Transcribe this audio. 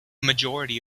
majority